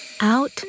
out